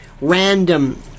random